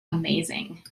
amazing